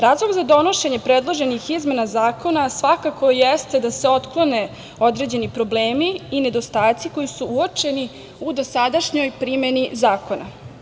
Razlog za donošenje predloženih izmena zakona, svakako jeste da se otklone određeni problemi i nedostaci koji su uočeni u dosadašnjoj primeni zakona.